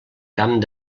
camp